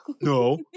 no